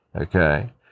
okay